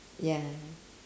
ya